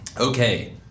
okay